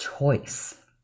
Choice